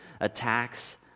attacks